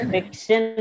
Fiction